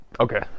Okay